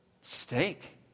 steak